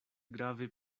grave